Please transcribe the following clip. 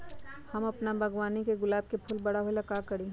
हम अपना बागवानी के गुलाब के फूल बारा होय ला का करी?